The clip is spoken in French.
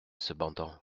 cependant